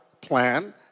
plan